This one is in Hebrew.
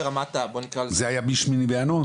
זה היה מהשמיני לינואר?